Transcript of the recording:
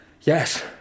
Yes